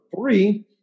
three